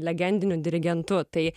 legendiniu dirigentu tai